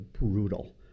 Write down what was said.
brutal